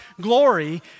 glory